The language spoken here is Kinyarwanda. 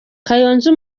kayonza